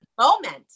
moment